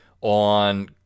on